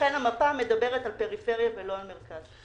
לכן המפה מדברת על פריפריה ולא על מרכז.